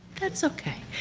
that's okay.